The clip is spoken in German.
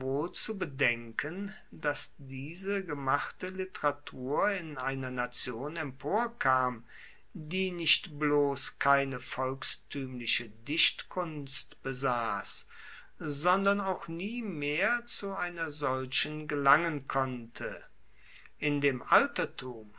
zu bedenken dass diese gemachte literatur in einer nation emporkam die nicht bloss keine volkstuemliche dichtkunst besass sondern auch nie mehr zu einer solchen gelangen konnte in dem altertum